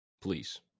Please